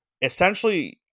essentially